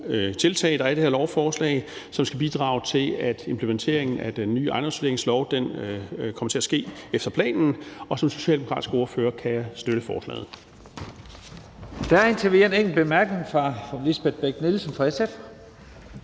tiltag, der er i det her lovforslag, som skal bidrage til, at implementeringen af den nye ejendomsvurderingslov kommer til at ske efter planen, og som socialdemokratisk ordfører kan jeg støtte forslaget. Kl. 11:04 Første næstformand (Leif Lahn Jensen): Der